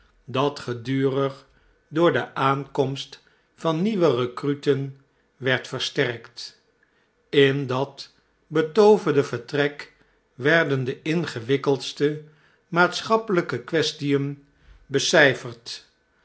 dat gedurig door de aankomst van nieuwe recruten werd versterkt in dat betooverde vertrek werden de ingewikkeldste maatschappelijke quaestien becijferd